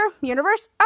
Universe